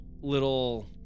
little